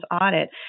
audit